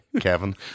kevin